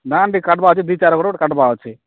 ଧାନ୍ ଟିକେ କାଟ୍ବାର ଦୁଇ ଚାର୍ ଗଡ଼ କାଟ୍ବାର୍ ଅଛି